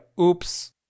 oops